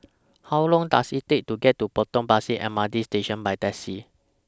How Long Does IT Take to get to Potong Pasir M R T Station By Taxi